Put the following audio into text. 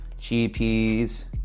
GPs